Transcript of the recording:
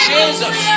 Jesus